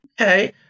Okay